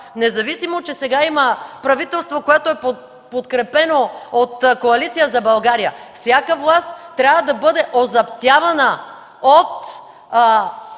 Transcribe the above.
независимо че сега има правителство, което е подкрепено от Коалиция за България – всяка власт трябва да бъде озаптявана от